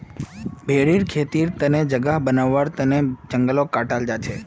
भेरीर खेतीर तने जगह बनव्वार तन जंगलक काटाल जा छेक